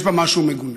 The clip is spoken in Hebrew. יש בה משהו מגונה.